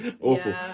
Awful